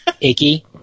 Icky